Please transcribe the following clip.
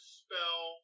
spell